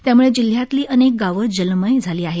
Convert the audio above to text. त्यामुळे जिल्ह्यातली अनेक गावं जलमय झाली आहेत